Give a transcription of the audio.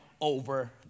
over